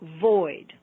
void